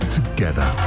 Together